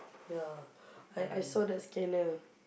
ya I I saw the scanner